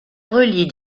relie